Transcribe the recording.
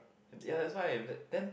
ya that's why then